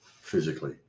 physically